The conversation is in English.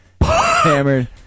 Hammered